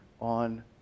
on